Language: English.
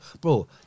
bro